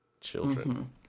children